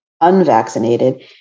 unvaccinated